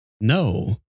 no